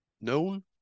known